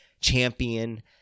champion